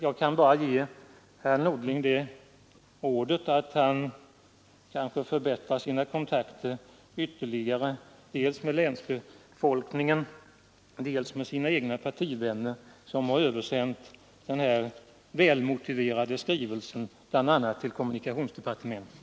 Jag kan bara ge herr Norling rådet att han förbättrar sina kontakter ytterligare dels med länsbefolkningen, dels med sina egna partivänner som har översänt den här välmotiverade skrivelsen bl.a. till kommunikationsdepartementet.